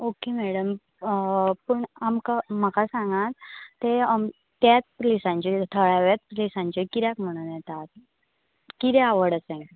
okay madam पूण आमकां म्हाका सांगात ते तेत प्लेसांचे थळाव्यात प्लेसांचे कित्याक म्हणून येतात किदें आवड आसा तांकां